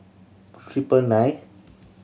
triple nine